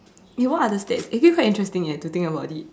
eh what are the stats actually quite interesting eh to think about it